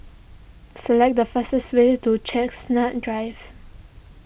select the fastest way to Chestnut Drive